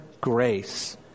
grace